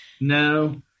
No